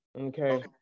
Okay